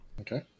Okay